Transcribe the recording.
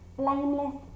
blameless